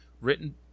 written